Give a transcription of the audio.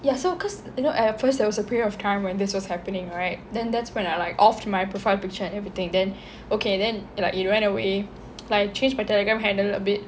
ya so cause you know at first there was a period of time when this was happening right then that's when I like offed my profile picture and everything then okay then like it went away like I changed my telegram handle a bit